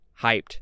hyped